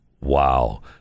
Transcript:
Wow